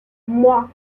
moi